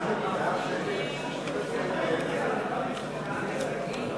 קבוצת סיעת קדימה